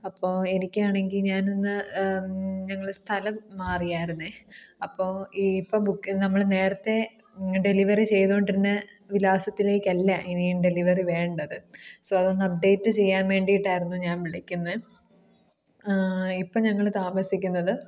അപ്പോൾ എനിക്കാണെങ്കിൽ ഞാനിന്ന് ഞങ്ങൾ സ്ഥലം മാറിയായിരുന്നു അപ്പോൾ ഈ ഇപ്പോൾ ബുക്ക് ചെയ്യുന്ന നമ്മൾ നേരത്തെ ഡെലിവറി ചെയ്തുകൊണ്ടിരുന്ന വിലാസത്തിലേക്ക് അല്ല ഇനിയും ഡെലിവറി വേണ്ടത് സോ അതൊന്ന് അപ്ഡേറ്റ് ചെയ്യാൻ വേണ്ടിയിട്ടായിരുന്നു ഞാൻ വിളിക്കുന്നത് ഇപ്പോൾ ഞങ്ങൾ താമസിക്കുന്നത്